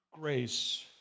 grace